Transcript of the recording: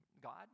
God